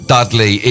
Dudley